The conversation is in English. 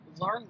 learn